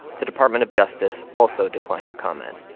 the department of justice also declined to comment.